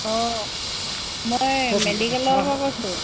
অঁ মই মেডিকেলৰ পৰা কৈছোঁ